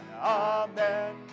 Amen